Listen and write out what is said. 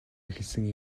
эхэлсэн